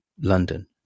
London